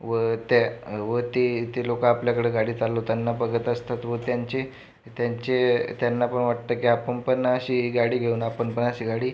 व त्या व ते ते लोक आपल्याकडे गाडी चालवताना बघत असतात व त्यांचे त्यांचे त्यांना पण वाटतं की आपण पण अशी गाडी घेऊन आपण पण अशी गाडी